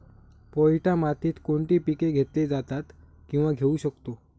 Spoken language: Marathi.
पोयटा मातीत कोणती पिके घेतली जातात, किंवा घेऊ शकतो?